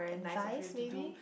vice maybe